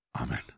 Amen